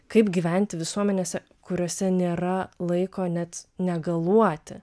kaip gyventi visuomenėse kuriose nėra laiko net negaluoti